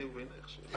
יחימוביץ,